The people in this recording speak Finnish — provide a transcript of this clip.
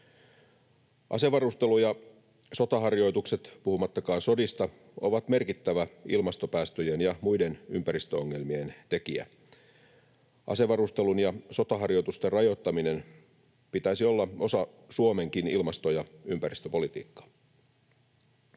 Asevarustelu ja sotaharjoitukset, puhumattakaan sodista, ovat merkittävä ilmastopäästöjen ja muiden ympäristöongelmien tekijä. Asevarustelun ja sotaharjoitusten rajoittamisen pitäisi olla osa Suomenkin ilmasto- ja ympäristöpolitiikkaa.